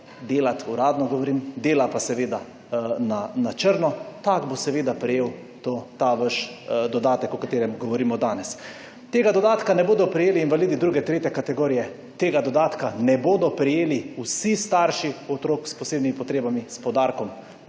delat, uradno govorit, dela pa seveda na črno, tak bo seveda prejel to, ta vaš dodatek, o katerem govorimo danes. Tega dodatka ne bodo prejeli invalidi druge, tretje kategorije, tega dodatka ne bodo prejeli vsi starši otrok s posebnimi potrebami, s poudarkom